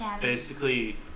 basically-